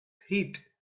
heat